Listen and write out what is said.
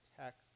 text